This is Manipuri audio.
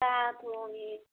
ꯉꯥ ꯊꯣꯡꯉꯦ